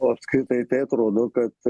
o apskritai tai atrodo kad